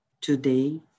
today